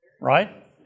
right